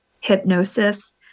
hypnosis